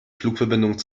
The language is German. flugverbindung